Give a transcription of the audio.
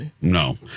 no